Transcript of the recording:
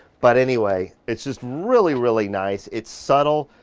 but anyway, it's just really, really nice. it's subtle,